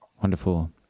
Wonderful